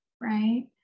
right